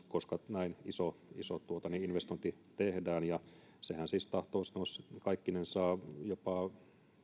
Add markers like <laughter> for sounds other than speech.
<unintelligible> koska näin iso investointi tehdään sehän siis tahtoo sanoa kaikkinensa jopa